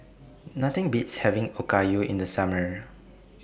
Nothing Beats having Okayu in The Summer